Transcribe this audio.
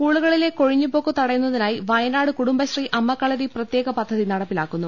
സ്കൂളുകളിലെ കൊഴിഞ്ഞ്പോക്ക് തടയുന്നതിനായി വയനാട് കുടുംബശ്രീ അമ്മക്കളരി പ്രത്യേക പദ്ധതി നടപ്പിലാക്കുന്നു